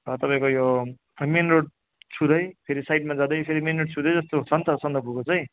तपाईँको यो main road छुँदै फेरि साइडमा जाँदै फेरि मेन रोड छुँदै जस्तो रुट छ नि त सन्दकपूको चाहिँ